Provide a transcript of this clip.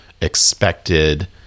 expected